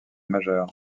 majeur